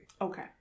Okay